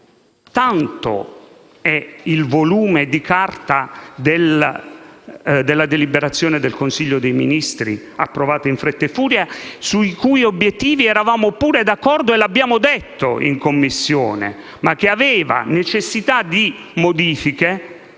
tanto è il volume di carta della deliberazione del Consiglio dei ministri approvata in fretta e furia, sui cui obiettivi eravamo pure d'accordo (e l'abbiamo detto in Commissione), ma che aveva necessità di modifiche,